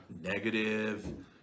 negative